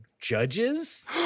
judges